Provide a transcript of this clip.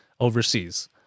overseas